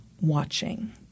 watching